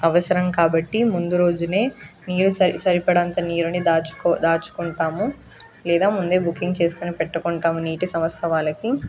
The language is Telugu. అవసరం కాబట్టి ముందు రోజునే నీరు సరి సరిపడంత నీరుని దాచుకో దాచుకుంటాము లేదా ముందే బుకింగ్ చేసుకుని పెట్టుకుంటాము నీటి సంస్థ వాళ్ళకి